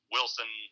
Wilson